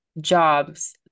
jobs